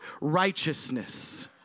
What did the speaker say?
righteousness